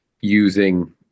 using